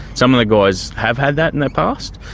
some of the guys have had that in their past,